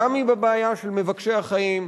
גם עם הבעיה של מבקשי החיים,